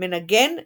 מנגן בכינור.